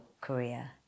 career